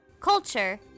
Culture